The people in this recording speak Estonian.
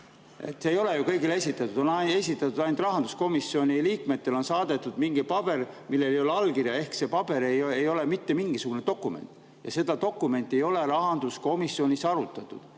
See ei ole kõigile esitatud, ainult rahanduskomisjoni liikmetele on saadetud mingi paber, millel ei ole allkirja. See paber ei ole mitte mingisugune dokument. Ja seda dokumenti ei ole rahanduskomisjonis arutatud